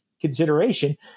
consideration